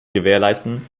gewährleisten